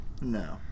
No